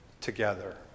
together